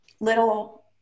little